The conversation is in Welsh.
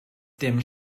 dim